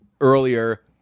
earlier